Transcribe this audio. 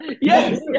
Yes